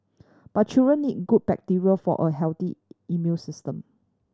but children need good bacteria for a healthy immune system